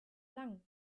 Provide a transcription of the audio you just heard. lang